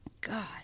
God